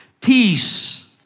Peace